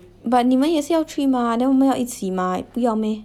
but 你们也是要去 mah then 我们要一起 mah 不要 meh